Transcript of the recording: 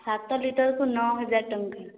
ସାତ ଲିଟର୍କୁ ନଅହଜାର ଟଙ୍କା